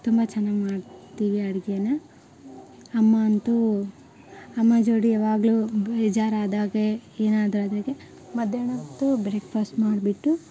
ತುಂಬ ಚೆನ್ನಾಗ್ ಮಾಡ್ತೀವಿ ಅಡ್ಗೇಯನ್ನ ಅಮ್ಮ ಅಂತೂ ಅಮ್ಮ ಜೋಡಿ ಯಾವಾಗಲೂ ಬೇಜಾರು ಆದಾಗೆ ಏನಾದರೂ ಅದಕ್ಕೆ ಮಧ್ಯಾಹ್ನ ಹೊತ್ತು ಬ್ರೇಕ್ಫಾಸ್ಟ್ ಮಾಡಿಬಿಟ್ಟು